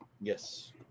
Yes